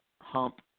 Hump